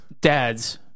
dads